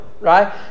right